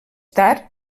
tard